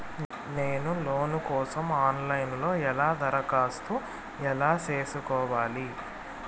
నేను లోను కోసం online లో ఎలా దరఖాస్తు ఎలా సేసుకోవాలి?